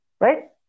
Right